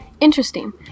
Interesting